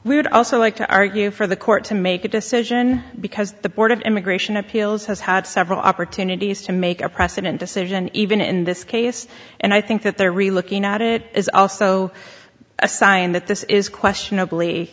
we would also like to argue for the court to make a decision because the board of immigration appeals has had several opportunities to make a precedent decision even in this case and i think that they're really looking at it is also a sign that this is questionabl